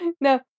no